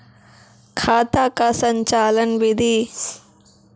खाता का संचालन बिधि?